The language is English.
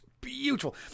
beautiful